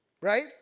right